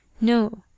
No